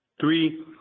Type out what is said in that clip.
Three